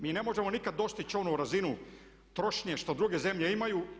Mi ne možemo nikad dostići onu razinu trošnje što druge zemlje imaju.